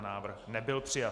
Návrh nebyl přijat.